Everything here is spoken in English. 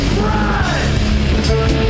Run